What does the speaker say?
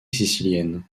sicilienne